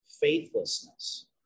faithlessness